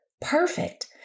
perfect